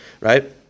Right